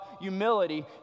humility